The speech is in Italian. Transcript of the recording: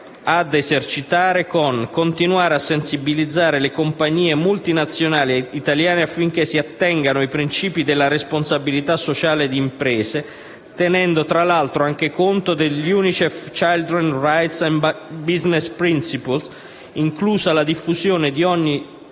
le seguenti «a continuare a sensibilizzare le compagnie multinazionali ed italiane affinché si attengano ai principi della responsabilità sociale d'impresa (CSR), tenendo - tra l'altro - anche conto degli UNICEF *children's rights and business principles*, inclusa la diffusione di ogni